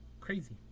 Crazy